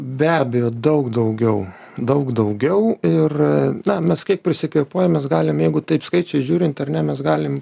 be abejo daug daugiau daug daugiau ir na mes kiek prisikvėpuojam mes galim jeigu taip skaičiais žiūrint ar ne mes galim